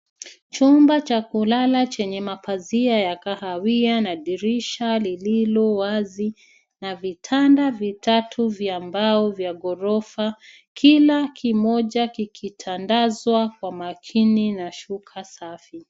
Chumba cha kulala chenye mapazia ya kahawia na dirisha lililo wazi na vitanda vitatu vya mbao vya gorofa kila kimoja kikitandazwa kwa makini na shuka safi.